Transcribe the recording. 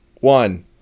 one